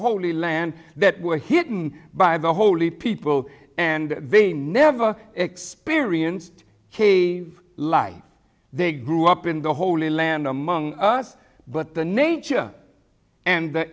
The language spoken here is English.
holy land that were hidden by the holy people and they never experienced cave life they grew up in the holy land among us but the nature and